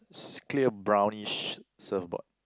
is clear brownish surfboard